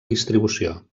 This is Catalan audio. distribució